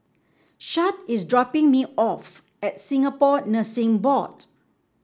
Shad is dropping me off at Singapore Nursing Board